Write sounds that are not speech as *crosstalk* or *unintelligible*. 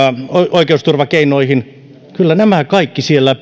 oikeusturvakeinoihin kyllä nämä kaikki siellä *unintelligible*